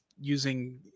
using